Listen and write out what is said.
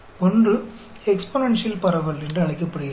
ஒன்று எக்ஸ்பொனென்ஷியல் பரவல் என்று அழைக்கப்படுகிறது